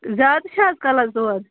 زیادٕ چھ حظ کَلَس دود